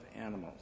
animals